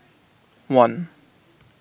one